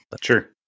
Sure